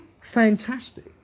fantastic